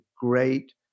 great